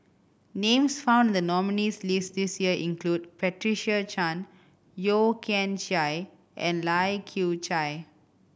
names found in the nominees' list this year include Patricia Chan Yeo Kian Chye and Lai Kew Chai